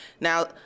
Now